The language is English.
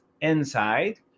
inside